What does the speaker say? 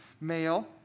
male